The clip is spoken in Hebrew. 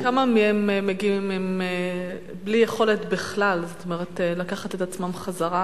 כמה מהם מגיעים בלי יכולת בכלל לקחת את עצמם חזרה,